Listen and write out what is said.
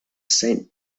saint